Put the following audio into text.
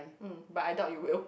mm but I doubt you will